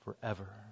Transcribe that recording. forever